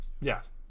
Yes